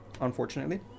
unfortunately